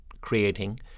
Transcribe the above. creating